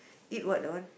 eat what that one